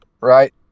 right